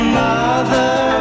mother